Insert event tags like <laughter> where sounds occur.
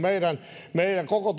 <unintelligible> meidän meidän koko <unintelligible>